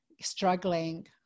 struggling